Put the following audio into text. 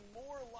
more